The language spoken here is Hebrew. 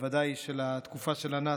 בוודאי התקופה של הנאצים,